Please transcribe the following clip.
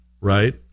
right